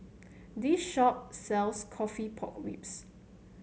this shop sells coffee Pork Ribs